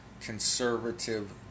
conservative